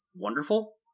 Wonderful